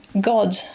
God